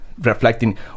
reflecting